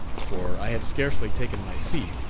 for i had scarcely taken my seat,